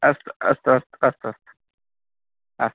अस्तु अस्तु अस्तु अस्तु अस्तु अस्तु